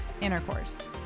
intercourse